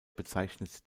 bezeichnet